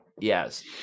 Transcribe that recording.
Yes